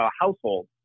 household